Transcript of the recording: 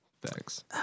Thanks